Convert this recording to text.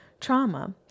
trauma